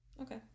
okay